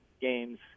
games